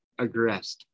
aggressed